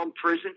prison